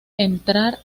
entrar